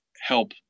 help